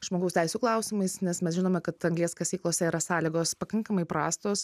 žmogaus teisių klausimais nes mes žinome kad anglies kasyklose yra sąlygos pakankamai prastos